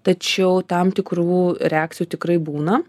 tačiau tam tikrų reakcijų tikrai būna